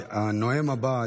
הנואם הבא,